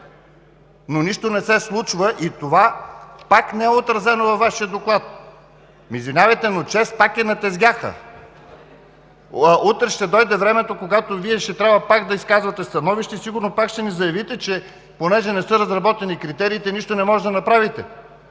но нищо не се случва и това пак не е отразено във Вашия доклад. Извинявайте, но ЧЕЗ пак е на тезгяха! Утре ще дойде времето, когато Вие пак ще трябва да изказвате становище и сигурно пак ще ни заявите, че понеже не са заявени критериите нищо не можете да направите.